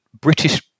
British